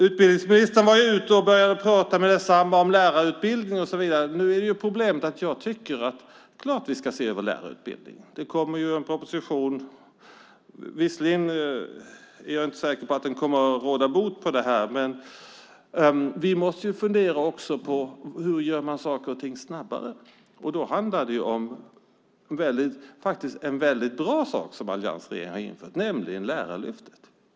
Utbildningsministern pratade genast om lärarutbildning. Det är klart att vi ska se över lärarutbildningen. Det kommer en proposition, men jag är inte säker på att den kommer att råda bot på detta. Vi måste också fundera över hur man gör saker och ting snabbare. Då handlar det om något väldigt bra som alliansregeringen har infört, nämligen Lärarlyftet.